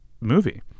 movie